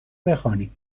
بخوانیم